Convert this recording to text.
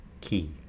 key